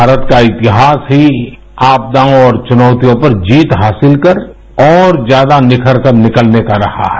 भारत का इतिहास ही आपदाओं और चुनौतियों पर जीत हासिल कर और ज्यादा निखरकर निकलने का रहा है